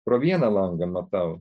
pro vieną langą matau